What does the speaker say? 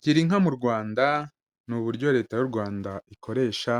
Girarinka mu Rwanda, ni uburyo Leta y'u Rwanda ikoresha